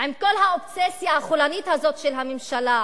עם כל האובססיה החולנית הזאת של הממשלה,